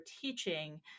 teaching